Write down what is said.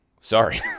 sorry